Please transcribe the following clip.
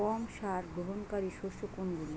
কম সার গ্রহণকারী শস্য কোনগুলি?